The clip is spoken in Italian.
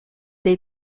dei